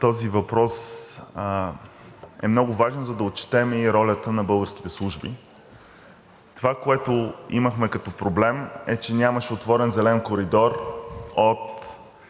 Този въпрос е много важен, за да отчетем и ролята на българските служби. Това, което имахме като проблем, е, че нямаше отворен зелен коридор от